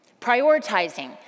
Prioritizing